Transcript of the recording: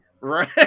right